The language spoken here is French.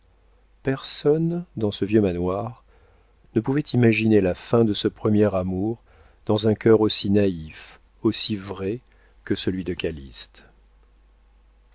personne dans ce vieux manoir ne pouvait imaginer la fin de ce premier amour dans un cœur aussi naïf aussi vrai que celui de calyste